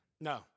No